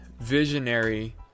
visionary